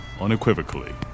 unequivocally